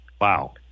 Wow